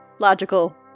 logical